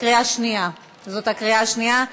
זאת הקריאה השנייה.